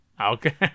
Okay